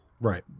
Right